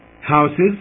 houses